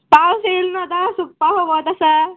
पावस येल् न्हू आतां सुकपा खंय वत आसा